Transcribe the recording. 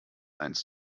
eins